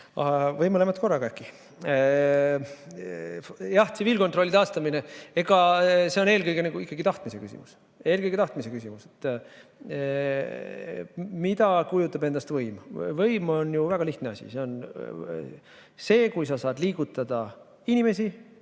mõlemat korraga. Jah, tsiviilkontrolli taastamine on eelkõige ikkagi tahtmise küsimus, eelkõige tahtmise küsimus. Mida kujutab endast võim? Võim on ju väga lihtne asi, see on see, kui sa saad liigutada inimesi